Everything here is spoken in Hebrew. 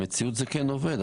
במציאות זה כן עובד.